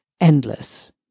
endless